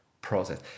process